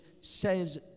says